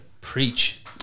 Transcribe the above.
Preach